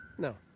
No